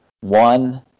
one